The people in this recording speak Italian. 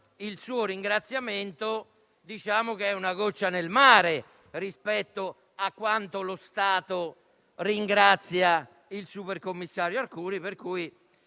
il suo ringraziamento è una goccia nel mare rispetto a quanto lo Stato ringrazia il supercommissario Arcuri e,